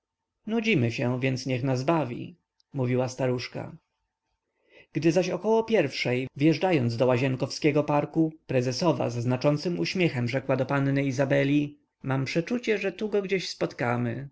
nudzimy się niech więc nas bawi mówiła staruszka gdy zaś około pierwszej wjeżdżając do łazienkowskiego parku prezesowa ze znaczącym uśmiechem rzekła do panny izabeli mam przeczucie że go tu gdzieś spotkamy